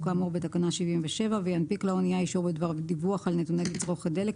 כאמור בתקנה 77 וינפיק לאנייה אישור בדבר דיווח על נתוני תצרוכת דלק,